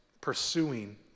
pursuing